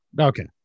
okay